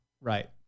right